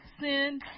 sin